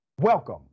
welcome